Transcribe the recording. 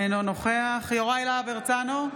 אינו נוכח יוראי להב הרצנו,